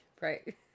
Right